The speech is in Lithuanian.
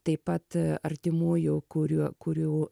taip pat artimųjų kurių kurių